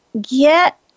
get